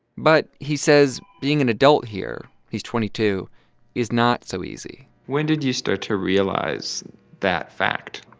but, he says, being an adult here he's twenty two is not so easy when did you start to realize that fact?